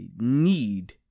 need